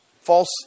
false